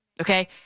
Okay